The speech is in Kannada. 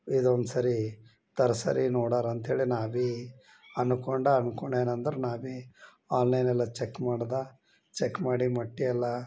ಇದೊಂದು ಸರಿ ತರ್ಸರಿ ನೋಡಾರ ಅಂತ ಹೇಳಿ ನಾ ಭಿ ಅನ್ಕೊಂಡು ಅನ್ಕೊಂಡು ಏನಂದ್ರೆ ನಾ ಭಿ ಆನ್ಲೈನ್ ಎಲ್ಲ ಚೆಕ್ ಮಾಡ್ದೆ ಚೆಕ್ ಮಾಡಿ ಮೊಟ್ಟಿ ಎಲ್ಲ